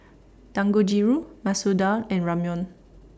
Dangojiru Masoor Dal and Ramyeon